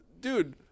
Dude